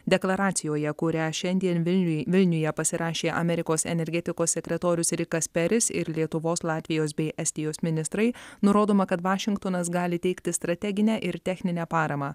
deklaracijoje kurią šiandien vilniuj vilniuje pasirašė amerikos energetikos sekretorius rikas peris ir lietuvos latvijos bei estijos ministrai nurodoma kad vašingtonas gali teikti strateginę ir techninę paramą